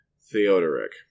Theodoric